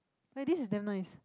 but this is damn nice